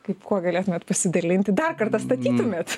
kaip kuo galėtumėt pasidalinti dar kartą statytumėt